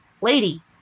lady